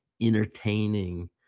entertaining